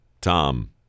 Tom